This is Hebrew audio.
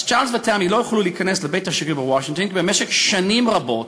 אז צ'רלס וטמי לא יכלו להיכנס לבית השגריר בוושינגטון כי במשך שנים רבות